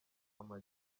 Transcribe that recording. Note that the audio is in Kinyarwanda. ama